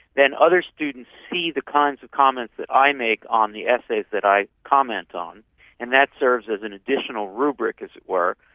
then other students see the kinds of comments that i make on the essays that i comment on and that serves as an additional rubric, as it were,